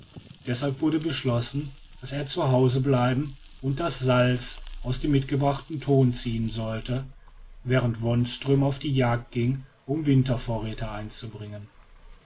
deshalb wurde beschlossen daß er zu hause bleiben und das salz aus dem mitgebrachten thon ziehen sollte während wonström auf die jagd ging um wintervorräte einzubringen